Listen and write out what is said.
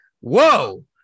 whoa